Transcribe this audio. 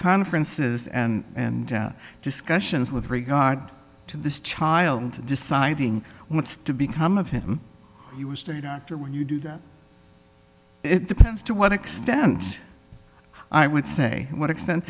conferences and and discussions with regard to this child deciding what's to become of him he was to a doctor when you do that it depends to what extent i would say what extent